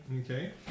Okay